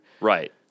Right